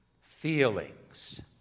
feelings